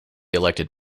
elected